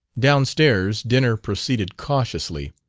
downstairs dinner proceeded cautiously.